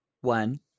One